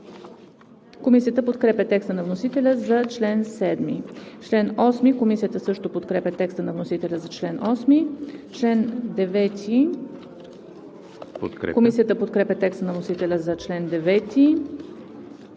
Комисията подкрепя текста на вносителя за чл. 7. Комисията също подкрепя текста на вносителя за чл. 9. Комисията подкрепя текста на вносителя за чл. 9.